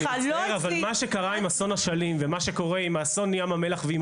אני מצטער אבל מה שקרה עם אסון אשלים ומה שקורה עם אסון ים המלח ועם